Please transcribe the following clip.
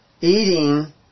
eating